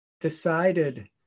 decided